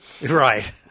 Right